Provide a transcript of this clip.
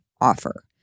offer